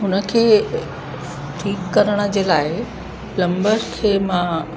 हुन खे ठीकु करण जे लाइ प्लंबर खे मां